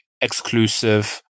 exclusive